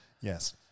Yes